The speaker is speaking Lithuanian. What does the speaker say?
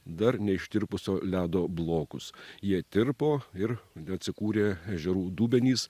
dar neištirpusio ledo blokus jie tirpo ir atsikūrė ežerų dubenys